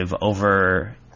over